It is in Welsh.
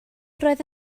roedd